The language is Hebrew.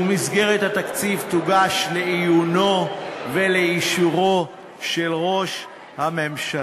ומסגרת התקציב תוגש לעיונו ולאישורו של ראש הממשלה.